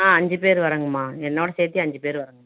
ஆ அஞ்சு பேர் வரோங்கம்மா என்னோடய சேர்த்தே அஞ்சு பேர் வரோங்கம்மா